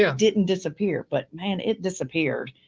yeah didn't disappear, but man, it disappeared.